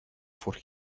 for